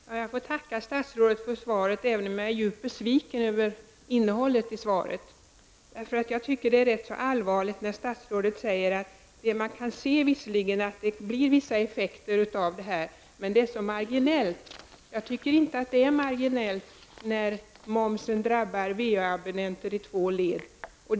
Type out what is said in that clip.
Herr talman! Jag får tacka statsrådet för svaret, även om jag är djupt besviken över innehållet i det. Jag tycker det är allvarligt när statsrådet säger att man visserligen kan se att det blir vissa effekter av det här men att de är marginella. Jag tycker inte att det är marginellt när momsen drabbar vaabonnenter i två led.